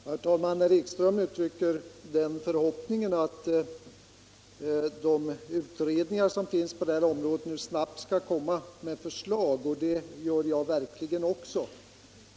Herr talman! Herr Ekström uttrycker förhoppningen att de utredningar som finns på det här området snabbt skall komma med förslag, och det gör jag verkligen också.